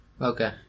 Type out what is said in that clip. Okay